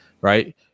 Right